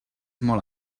molt